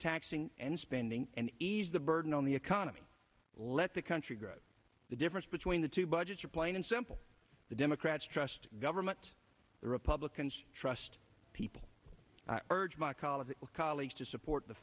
taxing and spending and ease the burden on the economy let the country grow the difference between the two budgets are plain and simple the democrats trust government the republicans trust people urged mcauliffe colleagues to support the